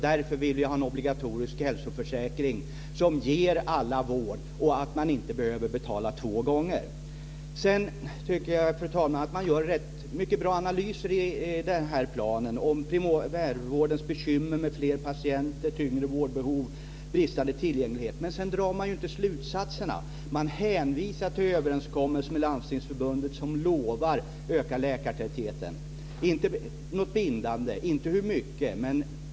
Därför vill vi ha en obligatorisk hälsoförsäkring som ger alla vård och som gör att man inte behöver betala två gånger. Fru talman! Jag tycker att man gör många bra analyser i den här planen, om primärvårdens bekymmer med fler patienter, tyngre vårdbehov och bristande tillgänglighet. Men sedan drar man ju inte slutsatserna. Man hänvisar till överenskommelsen med Landstingsförbundet, som lovar att öka läkartätheten. Det är inte något bindande, och det sägs inte med hur mycket.